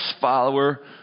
follower